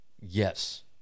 Yes